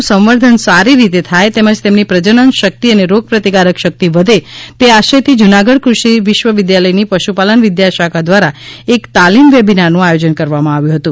સૌરાષ્ટ્રના પશુધનનું સંવર્ધન સારી રીતે થાય તેમજ તેમની પ્રજનન શક્તિ અને રોગ પ્રતિકારક શક્તિ વધે તે આશય થી જૂનાગઢ કૃષિ વિશ્વ વિદ્યાલયની પશુપાલન વિધા શાખા દ્વારા એક તાલીમ વેબિનારનું આયોજન કરવામાં આવ્યું હતું